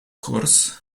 course